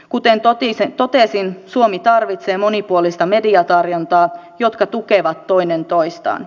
kuten totesin suomi tarvitsee monipuolista mediatarjontaa jotka tukevat toinen toistaan